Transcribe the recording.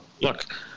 Look